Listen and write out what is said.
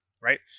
Right